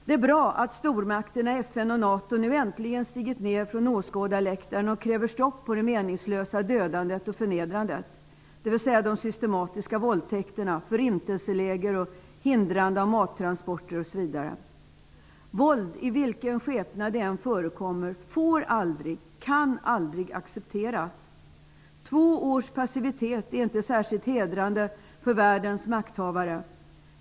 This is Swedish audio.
Det är bra att stormakterna, FN och NATO äntligen stigit ned från åskådarläktaren och kräver ett stopp på det meningslösa dödandet och förnedrandet, dvs. de systematiska våldtäkterna, förintelselägren och hindrandet av mattransporter att komma fram osv. Våld, i vilken skepnad det än förekommer, får och kan aldrig accepteras. Två års passivitet är inte särskilt hedrande för världens makthavare.